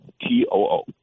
T-O-O